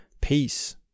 peace